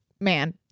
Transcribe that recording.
man